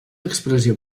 expressió